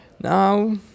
now